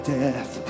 death